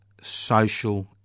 social